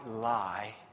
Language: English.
lie